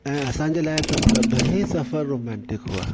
ऐं असांजे लाइ त सभई सफ़र रोमेंटिक हुआ